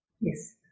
Yes